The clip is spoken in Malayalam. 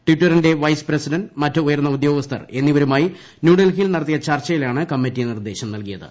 ട്ടിറ്ററിന്റെ വൈസ് പ്രസിഡന്റ് മറ്റ് ഉയർന്ന ഉദ്യോഗസ്ഥർ എന്നിവരുമായി ന്യൂഡൽഹിയിൽ നടത്തിയ ചർച്ചയിലാണ് കമ്മിറ്റി നിർദ്ദേശം നൽകിയത്